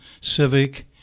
civic